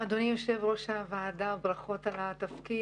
אדוני יושב-ראש הוועדה, ברכות על התפקיד.